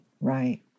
right